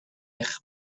eich